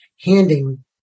handing